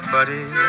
Buddy